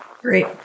Great